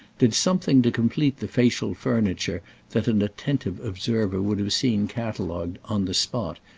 did something to complete the facial furniture that an attentive observer would have seen catalogued, on the spot,